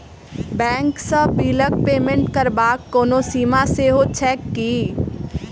Bank सँ बिलक payment करबाक कोनो सीमा सेहो छैक की?